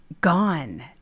gone